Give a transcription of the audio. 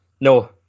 no